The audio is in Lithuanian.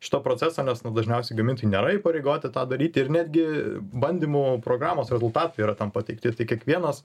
šito proceso nes nu dažniausių mitų nėra įpareigoti tą daryti ir netgi bandymų programos rezultatai yra ten pateikti tai kiekvienas